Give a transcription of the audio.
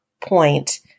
point